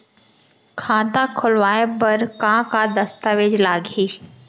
खाता खोलवाय बर का का दस्तावेज लागही?